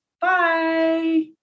Bye